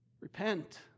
Repent